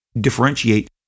differentiate